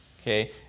Okay